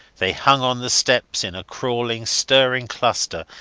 they hung on the steps in a crawling, stirring cluster,